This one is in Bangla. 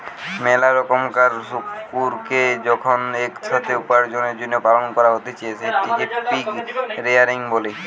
মেলা রোকমকার শুকুরকে যখন এক সাথে উপার্জনের জন্য পালন করা হতিছে সেটকে পিগ রেয়ারিং বলে